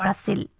and c